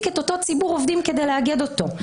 את אותו ציבור עובדים כדי לאגד אותו.